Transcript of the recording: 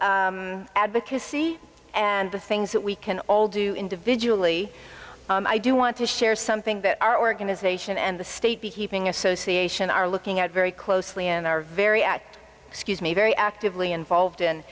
local advocacy and the things that we can all do individually i do want to share something that our organization and the state beekeeping association are looking at very closely and are very at excuse me very actively involved